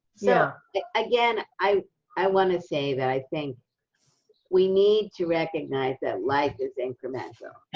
yeah like again, i i want to say that i think we need to recognize that life is incremental,